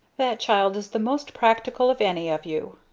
that child is the most practical of any of you,